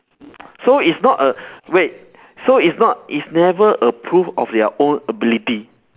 so it's not a wait so it's not it's never a proof of their own ability